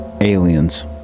aliens